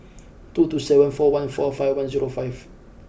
two two seven four one four five one zero five